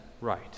right